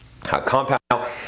compound